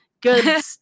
good